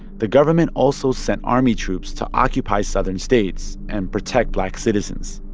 the government also sent army troops to occupy southern states and protect black citizens.